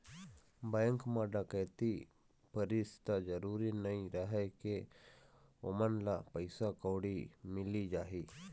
bank म डकैती परिस त जरूरी नइ रहय के ओमन ल पइसा कउड़ी मिली जाही